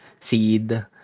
Seed